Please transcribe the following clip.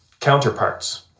counterparts